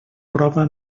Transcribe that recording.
prova